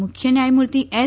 મુખ્ય ન્યાયમૂર્તિ એસ